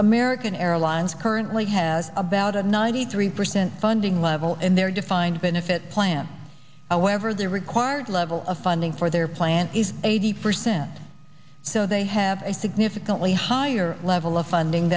american airlines currently has about a ninety three percent funding level in their defined benefit plan however the required level of funding for their plant is eighty percent so they have a significantly higher level of funding